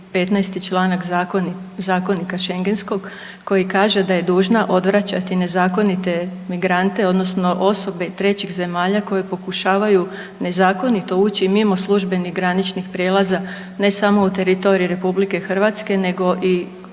15. čl. Zakonika šengenskog koji kaže da dužna odvraćati nezakonite migrante odnosno osobe trećih zemalja koji pokušavaju nezakonito ući mimo službenih graničnih prijelaza, ne samo u teritorij RH nego i